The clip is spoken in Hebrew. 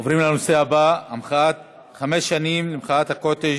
עוברים לנושא הבא, חמש שנים למחאת הקוטג':